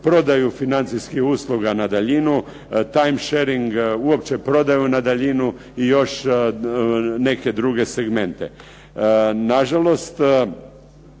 prodaju financijskih usluga na daljinu, time shering uopće prodaju na daljinu i još neke druge segmente. Nažalost,